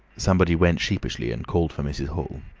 somebody went sheepishly and called for mrs. hall.